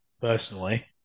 personally